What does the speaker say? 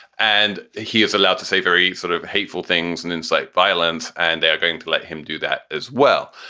and he is allowed to say very sort of hateful things and incite violence. and they are going to let him do that as well.